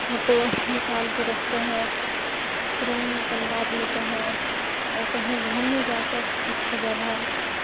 photo نکال کے رکھتے ہیں فریم نکلوا لیتے ہیں اور کہیں گھومنے جاتے ہیں اچھے اچھے جگہ